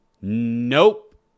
Nope